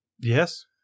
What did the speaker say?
Yes